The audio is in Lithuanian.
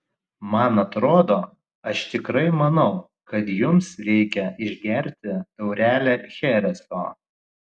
man atrodo aš tikrai manau kad jums reikia išgerti taurelę chereso